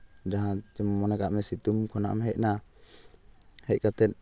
ᱡᱟᱦᱟᱸ ᱢᱚᱱᱮ ᱠᱟᱜ ᱢᱮ ᱥᱤᱛᱩᱝ ᱠᱷᱚᱱᱟᱜ ᱮᱢ ᱦᱮᱡ ᱮᱱᱟ ᱦᱮᱡ ᱠᱟᱛᱮᱫ